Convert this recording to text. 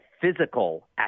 physical